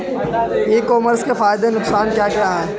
ई commerce के फायदे या नुकसान क्या क्या हैं?